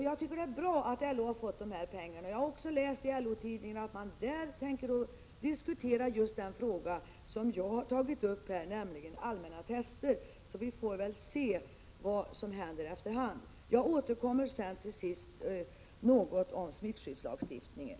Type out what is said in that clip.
Jag tycker det är bra att LO har fått dessa pengar, och jag har också läst i LO-tidningen att man där tänker diskutera just den fråga som jag har tagit upp här, nämligen frågan om allmänna tester. Vi får väl se vad som händer efter hand. Jag återkommer i ett ytterligare inlägg till smittskyddslagstiftningen.